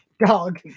dog